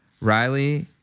Riley